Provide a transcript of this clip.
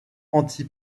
anti